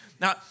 Now